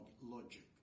logic